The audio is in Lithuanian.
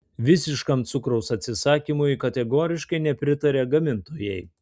visiškam cukraus atsisakymui kategoriškai nepritaria gamintojai